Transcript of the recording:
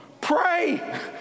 Pray